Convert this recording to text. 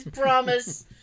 promise